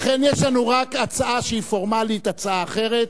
לכן, יש לנו רק הצעה שהיא פורמלית, הצעה אחרת,